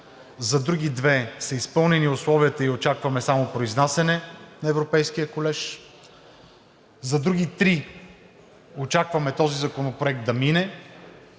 за други две са изпълнени условията и очакваме само произнасяне на Европейския колеж; за други три очакваме този законопроект да мине,